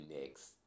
next